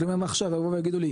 כלומר אם עכשיו יבואו ויגידו לי,